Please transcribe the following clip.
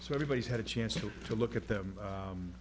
so everybody's had a chance to to look at them